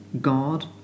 God